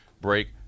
break